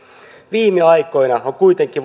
viime aikoina on kuitenkin